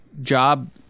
job